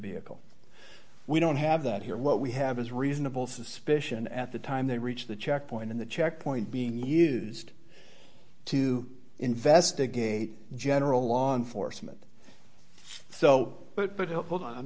vehicle we don't have that here what we have is reasonable suspicion at the time they reach the checkpoint in the checkpoint being used to investigate general law enforcement so but